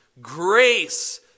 grace